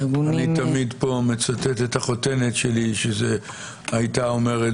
אני תמיד פה מצטט את החותנת שלי שהייתה אומרת